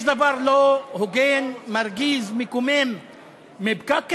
יש דבר לא הוגן, מרגיז, מקומם מפקק כזה?